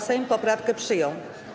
Sejm poprawkę przyjął.